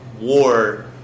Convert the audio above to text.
war